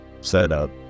setup